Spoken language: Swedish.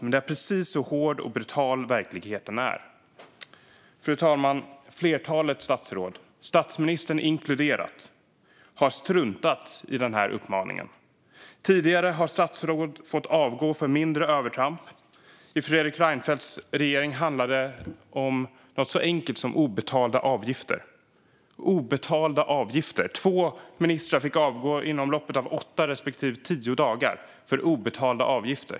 Men det är precis så hård och brutal verkligheten är. Fru talman! Ett flertal statsråd, statsministern inkluderad, har struntat i den här uppmaningen. Tidigare har statsråd fått avgå för mindre övertramp. I Fredrik Reinfeldts regering handlade det om något så enkelt som obetalda avgifter. Två ministrar fick avgå inom loppet av åtta respektive tio dagar - för obetalda avgifter!